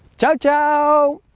ciao ciao